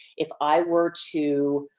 if i were to